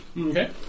Okay